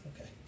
Okay